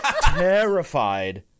terrified